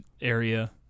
area